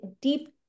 deep